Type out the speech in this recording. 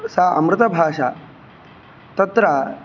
सा अमृतभाषा तत्र